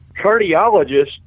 Cardiologist